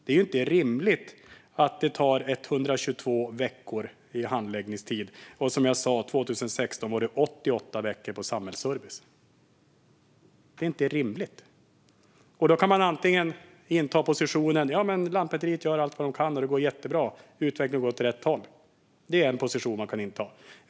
Det är inte rimligt med en handläggningstid på 122 veckor. År 2016 var det, som jag sa, 88 veckor för samhällsservice. Man kan antingen inta positionen att Lantmäteriet gör allt de kan - det går jättebra och utvecklingen går åt rätt håll.